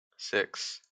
six